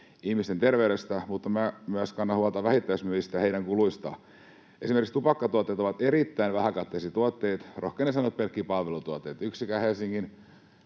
ihmisten terveydestä, mutta minä myös kannan huolta vähittäismyyjistä ja heidän kuluistaan. Esimerkiksi tupakkatuotteet ovat erittäin vähäkatteisia tuotteita, rohkenen sanoa, että pelkkiä palvelutuotteita. Yksikään Helsingin